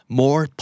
more